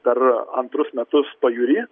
per antrus metus pajūry